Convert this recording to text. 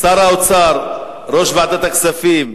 ועדת הכספים,